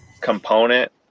component